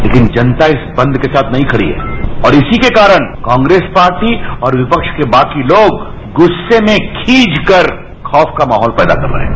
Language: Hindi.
लेकिन जनता इस बंद के साथ नहीं खड़ी है और इसी के कारण कांग्रेस पार्टी और विपक्ष के बाकी लोग गुस्से में खीझ कर खौफ का माहौल पैदा कर रहे हैं